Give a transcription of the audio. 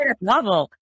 novel